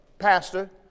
pastor